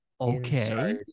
Okay